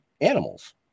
animals